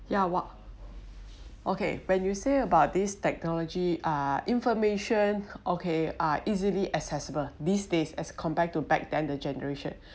ya !wah! okay when you say about this technology uh information okay are easily accessible these days as compared to back then the generation